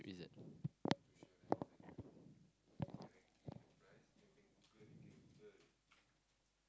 is it